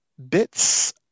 Bits